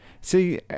See